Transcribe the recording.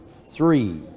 three